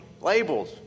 Labels